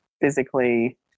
physically